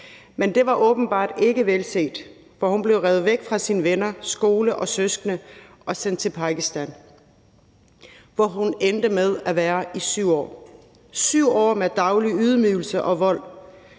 men det var åbenbart ikke velset, for hun blev revet væk fra sine venner, skole og søskende og sendt til Pakistan, hvor hun endte med at være i 7 år – 7 år med daglige ydmygelser og vold.